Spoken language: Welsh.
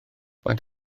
faint